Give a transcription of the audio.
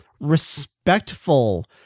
respectful